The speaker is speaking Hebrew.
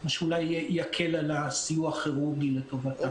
מה שאולי יקל על סיוע הכירורגי לטובתם.